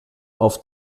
auf